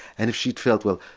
and if she'd felt well,